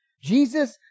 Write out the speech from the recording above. Jesus